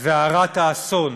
והרת אסון,